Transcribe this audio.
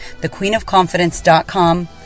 thequeenofconfidence.com